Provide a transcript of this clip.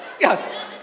yes